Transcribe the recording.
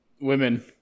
Women